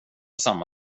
samma